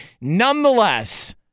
Nonetheless